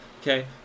Okay